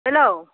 hello